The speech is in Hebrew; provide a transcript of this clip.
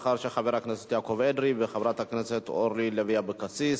מאחר שחבר הכנסת יעקב אדרי וחברת הכנסת אורלי לוי אבקסיס,